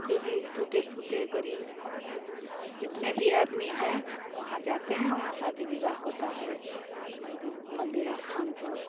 जो भी टूटे फूटे गरीब अमीर जितने भी आदमी हैं वहाँ जाते हैं वहाँ शादी विवाह होता है मंदिर मंदिर स्थान पर